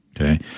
okay